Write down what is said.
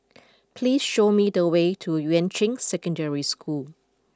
please show me the way to Yuan Ching Secondary School